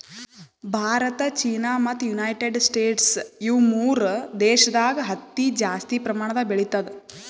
Bharat China ಮತ್ತ್ United States ಇವ್ ಮೂರ್ ದೇಶದಾಗ್ ಹತ್ತಿ ಜಾಸ್ತಿ ಪ್ರಮಾಣದಾಗ್ ಬೆಳಿತದ್